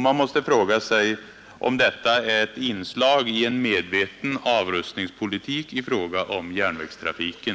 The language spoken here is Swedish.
Man måste ifrågasätta om detta är ett inslag i en medveten avrustningspolitik i fråga om järnvägstrafiken.